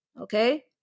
Okay